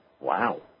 Wow